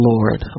Lord